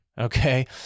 Okay